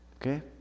okay